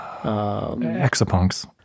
Exapunks